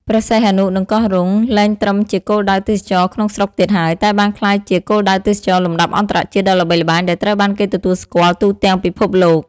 ព្រះសីហនុ និងកោះរ៉ុង លែងត្រឹមជាគោលដៅទេសចរណ៍ក្នុងស្រុកទៀតហើយ តែបានក្លាយជា គោលដៅទេសចរណ៍លំដាប់អន្តរជាតិ ដ៏ល្បីល្បាញ ដែលត្រូវបានគេទទួលស្គាល់ទូទាំងពិភពលោក។